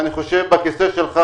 ואני חושב שבכיסא שלך,